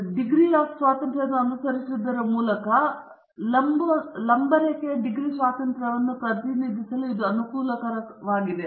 ಛೇದಕ degree of ಸ್ವಾತಂತ್ರ್ಯವನ್ನು ಅನುಸರಿಸುವುದರ ಮೊದಲು ಲಂಬರೇಖೆಯ ಡಿಗ್ರಿ ಸ್ವಾತಂತ್ರ್ಯವನ್ನು ಪ್ರತಿನಿಧಿಸಲು ಇದು ಅನುಕೂಲಕರವಾಗಿದೆ